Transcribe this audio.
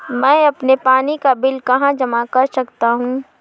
मैं अपने पानी का बिल कहाँ जमा कर सकता हूँ?